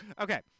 Okay